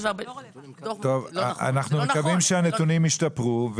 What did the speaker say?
אנחנו מקווים שהנתונים ישתפרו,